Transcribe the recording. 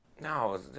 No